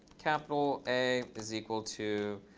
capital a is equal to